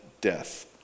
death